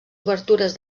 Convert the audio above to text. obertures